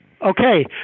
Okay